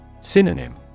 Synonym